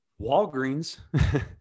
Walgreens